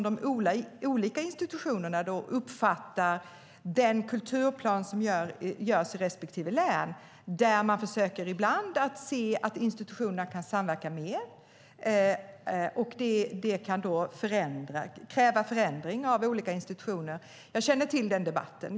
Den kulturplan som görs i respektive län gör att institutionerna ibland kan samverka mer, och det kan kräva förändringar av olika institutioner. Jag känner till den debatten.